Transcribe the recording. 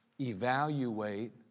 evaluate